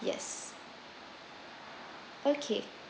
yes okay